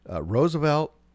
Roosevelt